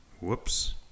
Whoops